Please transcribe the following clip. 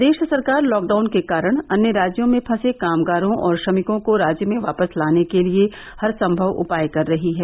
प्रदेश सरकार लॉकडाउन के कारण अन्य राज्यों में फंसे कामगारों और श्रमिकों को राज्य में वापस लाने के लिए हरसंभव उपाय कर रही है